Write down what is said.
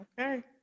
Okay